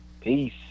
peace